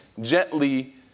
gently